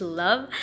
love